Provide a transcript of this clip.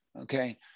okay